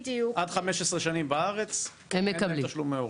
עד 15 שנים בארץ, אין להם תשלומי הורים.